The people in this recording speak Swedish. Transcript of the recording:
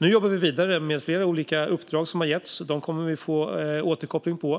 Vi jobbar nu vidare med flera olika uppdrag som har getts. Dem kommer vi att få återkoppling på.